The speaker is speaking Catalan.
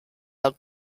del